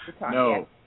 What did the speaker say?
No